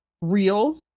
real